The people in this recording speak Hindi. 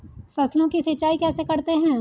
फसलों की सिंचाई कैसे करते हैं?